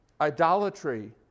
idolatry